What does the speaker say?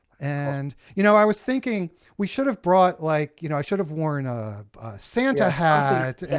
and you know, i was thinking we should have brought, like you know i should have worn a santa hat.